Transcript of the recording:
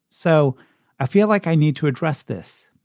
so i feel like i need to address this.